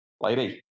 lady